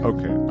Okay